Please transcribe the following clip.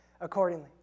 accordingly